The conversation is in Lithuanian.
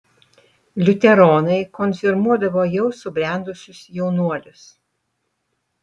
liuteronai konfirmuodavo jau subrendusius jaunuolius